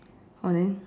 oh then